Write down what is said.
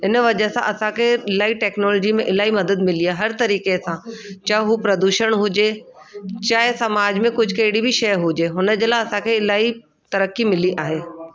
इन वजह सां असां खे इलाही टेक्नोलोजी में इलाही मदद मिली आहे हर तरीक़े सां चाहे हू प्रदूषण हुजे चाहे समाज में कुझु कहिड़ी बि शइ हुजे हुन जे लाइ असां खे इलाही तरक़ी मिली आहे